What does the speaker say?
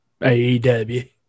aew